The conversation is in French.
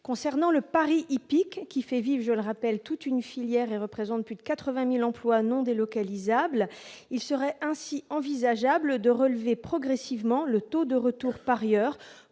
concernant le pari hippique, qui fait vivre, je le rappelle toute une filière et représente plus de 80000 emplois non délocalisables, il serait ainsi envisageable de relever progressivement le taux de retour parieurs